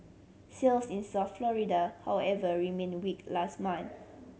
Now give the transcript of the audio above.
sales in South Florida however remained weak last month